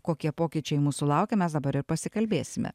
kokie pokyčiai mūsų laukia mes dabar ir pasikalbėsime